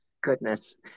Goodness